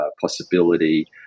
possibility